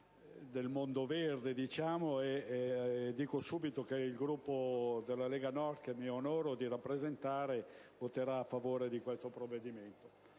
del mondo "verde" e dico subito che il Gruppo della Lega Nord che mi onoro di rappresentare voterà a favore di questo provvedimento.